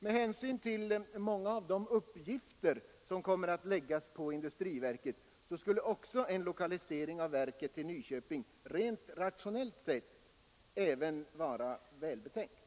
Med hänsyn till många av de uppgifter som kommer att läggas på industriverket skulle en lokalisering av verket till Nyköping även rent rationellt vara välbetänkt.